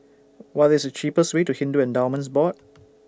What IS The cheapest Way to Hindu Endowments Board